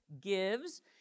Gives